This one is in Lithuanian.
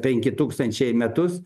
penki tūkstančiai į metus